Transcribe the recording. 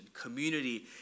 community